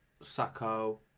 Sacco